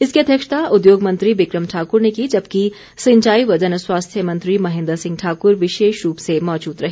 इसकी अध्यक्षता उद्योग मंत्री बिक्रम ठाकुर ने की जबकि सिंचाई व जन स्वास्थ्य मंत्री महेन्द्र सिंह ठाकुर विशेष रूप से मौजूद रहे